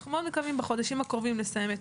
אנחנו מאוד מקווים בחודשים הקרובים לסיים את